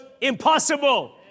impossible